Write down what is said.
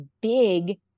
big